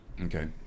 Okay